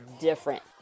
different